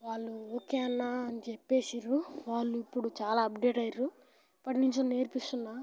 వాళ్ళు ఓకే అన్న అని చెప్పేసిర్రు వాళ్ళు ఇప్పుడు చాలా అప్డేట్ అయిర్రు ఎప్పటి నుంచో నేర్పిస్తున్నాను